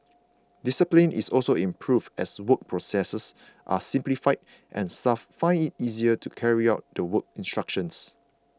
discipline is also improved as work processes are simplified and staff find it easier to carry out the work instructions